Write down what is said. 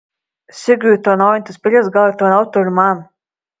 sigiui tarnaujantis peilis gal tarnautų ir man